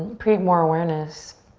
create more awareness.